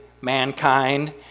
mankind